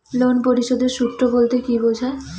Loan পরিশোধের সূএ বলতে কি বোঝায়?